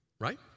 right